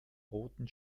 roten